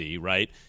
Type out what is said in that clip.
right